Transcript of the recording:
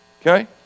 Okay